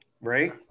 right